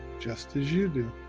just as you do.